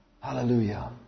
Hallelujah